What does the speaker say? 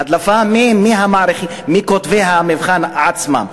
הדלפה מכותבי המבחן עצמם.